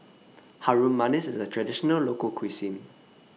Harum Manis IS A Traditional Local Cuisine